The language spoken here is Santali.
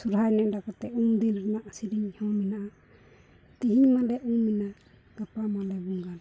ᱥᱚᱦᱨᱟᱭ ᱱᱮᱰᱟ ᱠᱟᱛᱮ ᱩᱢ ᱫᱤᱱ ᱨᱮᱱᱟᱜ ᱥᱮᱨᱮᱧ ᱦᱚᱸ ᱢᱮᱱᱟᱜᱼᱟ ᱛᱮᱦᱮᱧ ᱢᱟᱞᱮ ᱩᱢ ᱮᱱᱟ ᱜᱟᱯᱟ ᱢᱟᱞᱮ ᱵᱚᱸᱜᱟᱱ